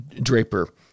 Draper